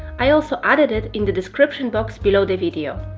i also added it in the description box below the video